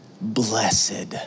Blessed